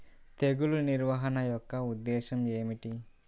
తెగులు నిర్వహణ యొక్క ఉద్దేశం ఏమిటి?